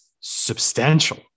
substantial